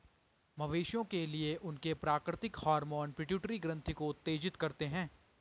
मवेशियों के लिए, उनके प्राकृतिक हार्मोन पिट्यूटरी ग्रंथि को उत्तेजित करते हैं